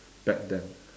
back then